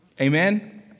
Amen